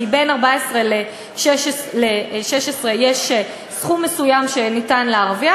כי בין 14 ל-16 יש סכום מסוים שניתן להרוויח,